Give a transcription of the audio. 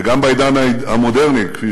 וגם בעידן המודרני, כפי